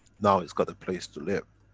now it's got a place to live.